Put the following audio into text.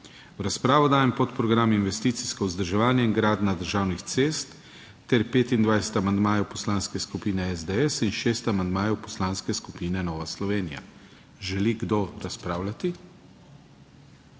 V razpravo dajem podprogram Investicijsko vzdrževanje in gradnja državnih cest ter 25 amandmajev Poslanske skupine SDS in 6 amandmajev Poslanske skupine Nova Slovenija. Želi kdo razpravljati?